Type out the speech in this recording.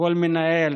לכל מנהל,